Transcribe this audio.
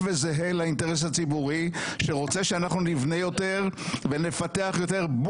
וזהה לאינטרס הציבורי שרוצה שאנחנו נבנה יותר ונפתח יותר.